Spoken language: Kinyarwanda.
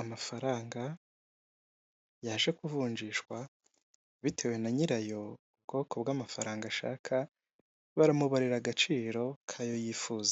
Umugabo w'imisatsi migufiya w'inzobe ufite ubwanwa bwo hejuru wambaye umupira wo kwifubika urimo amabara atandukanye ubururu,